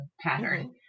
pattern